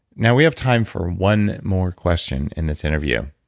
now we have time for one more question in this interview.